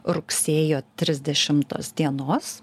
rugsėjo trisdešimtos dienos